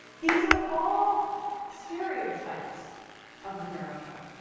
these are all stereotypes of america,